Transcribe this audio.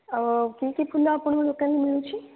କି କି ଫୁଲ ଆପଣଙ୍କ ଦୋକାନରେ ମିଳୁଛି